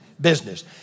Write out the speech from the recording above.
business